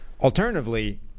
Alternatively